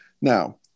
now